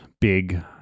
big